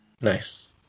Nice